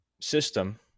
system